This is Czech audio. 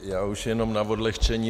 Já už jenom na odlehčení.